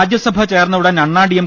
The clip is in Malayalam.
രാജ്യസഭ ചേർന്ന ഉടൻ അണ്ണാ ഡി എം